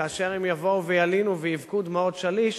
כאשר הם יבואו וילינו ויבכו בדמעות שליש,